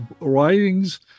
writings